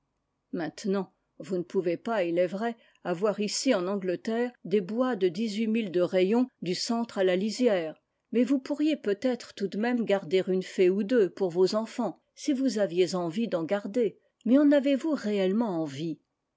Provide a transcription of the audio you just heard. maintenant vous ne pouvez pas il est vrai avoir ici en angleterre des bois de dix-huit milles de rayon du centre à la lisière mais vous pourriez peut-être tout de même garder une fée ou deux pour vos enfants si vous aviez envie d'en garder mais en avez-vous réellement envie